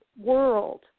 world